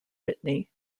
whitney